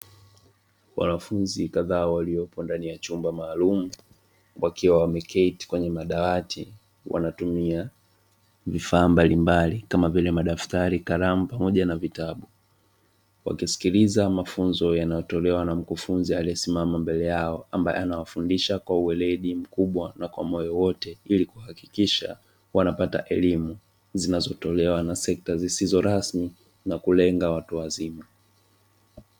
Wanafunzi kadhaa waliopo katika chumba maalumu wakiwa wameketi kwenye madawati wanatumia vifaa mbalimbali kama vile madaftari, kalamu pamoja na vitabu. Wakisikiliza mafunzo yanayotolewa na mkufunzi aliyesimama mbele yao ambaye anawafundisha kwa weledi mkubwa na kwa moyo wote, ili kuhakikisha wanapata elimu zinazotolewa na sekta zisizo rasmi na kulenga watu wazima.